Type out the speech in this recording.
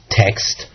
text